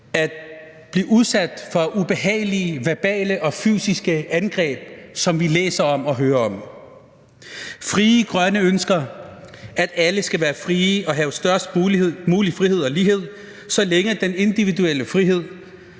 at blive udsat for ubehagelige verbale og fysiske angreb, som vi læser om og hører om? Frie Grønne ønsker, at alle skal være frie og have størst mulig frihed og lighed, så længe den individuelle frihed